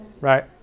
right